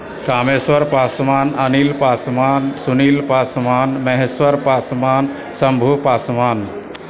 Kameshwar Paswan Anil Paswan Sunil Paswan Maheshwar Paswan Shambhu Paswan